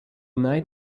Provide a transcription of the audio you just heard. night